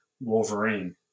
Wolverine